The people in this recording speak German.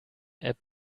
app